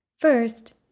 First